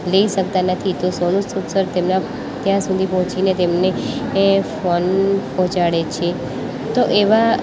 લઈ શકતા નથી તો સોનુ સૂદ સર તેમના ત્યાં સુધી પહોંચીને તેમને ફોન પહોંચાડે છે તો એવા